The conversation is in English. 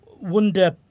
wonder